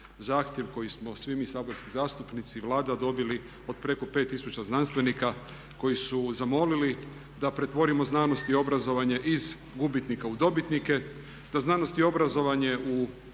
zahtjev koji smo svi mi saborski zastupnici i Vlada dobili od preko 5000 znanstvenika koji su zamolili da pretvorimo znanost i obrazovanje iz gubitnika u dobitnike, da znanost i obrazovanje u